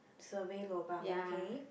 survey lobang okay